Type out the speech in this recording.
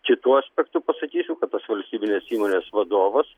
kitu aspektu pasakysiu kad tos valstybinės įmonės vadovas